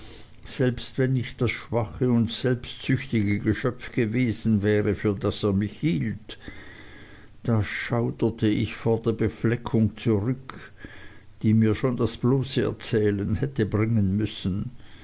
selbst wenn ich das schwache und selbstsüchtige geschöpf gewesen wäre für das er mich hielt da schauderte ich vor der befleckung zurück die mir schon das bloße erzählen hätte bringen müssen